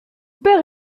père